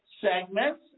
segments